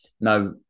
Now